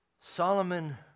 Solomon